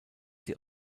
sie